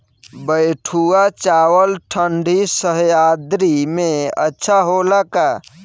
बैठुआ चावल ठंडी सह्याद्री में अच्छा होला का?